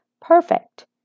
Perfect